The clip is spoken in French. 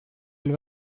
elle